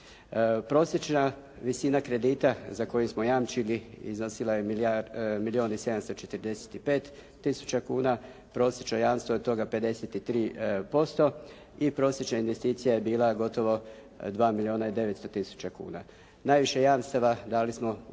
Prosječna visina kredita za koju smo jamčili iznosila je milijun i 745 tisuća kuna, prosječna jamstva od toga 53% i prosječna investicija je bila gotovo 2 milijuna i 900 tisuća kuna. Najviše jamstava dali smo u području